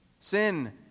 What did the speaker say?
sin